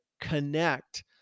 connect